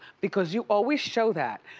because you always show that.